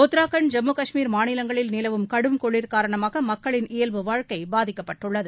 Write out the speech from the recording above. உத்தரகாண்ட் ஜம்மு கஷ்மீர் மாநிலங்களில் நிலவும் கடுங்குளிர் காரணமாக மக்களின் இயல்பு வாழ்க்கை பாதிக்கப்பட்டுள்ளது